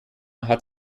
hat